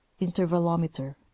intervalometer